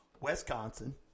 Wisconsin